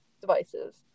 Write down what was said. devices